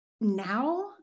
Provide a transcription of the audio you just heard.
Now